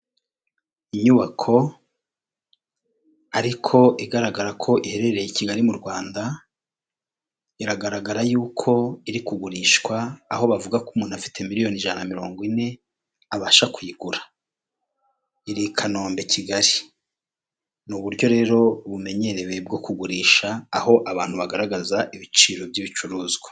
Inyubako ariko igaragara ko iherereye i kigali mu Rwanda; iragaragara yuko iri kugurishwa aho bavuga ko umuntu afite miliyoni ijana na mirongo ine abasha kuyigura; iri i kanombe kigali, ni uburyo rero bumenyerewe bwo kugurisha aho abantu bagaragaza ibiciro by'ibicuruzwa.